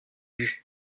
vus